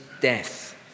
death